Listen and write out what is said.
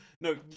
no